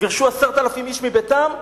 גירשו 10,000 איש מביתם,